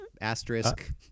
Asterisk